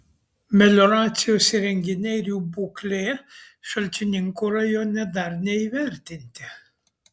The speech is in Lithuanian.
melioracijos įrenginiai ir jų būklė šalčininkų rajone dar neįvertinti